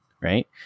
right